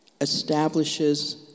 establishes